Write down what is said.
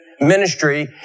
ministry